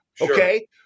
Okay